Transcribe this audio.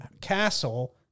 castle